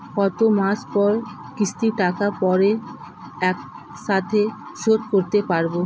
কত মাস পর কিস্তির টাকা পড়ে একসাথে শোধ করতে পারবো?